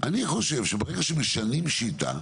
אני חושב שברגע שמשנים שיטה,